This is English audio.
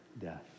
death